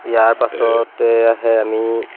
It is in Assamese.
ইয়াৰ পাছতে আহে আমি